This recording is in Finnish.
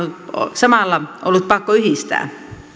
samalla ollut pakko yhdistää